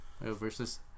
versus